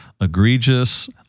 egregious